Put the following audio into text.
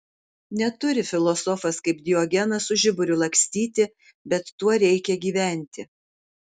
neturi filosofas kaip diogenas su žiburiu lakstyti bet tuo reikia gyventi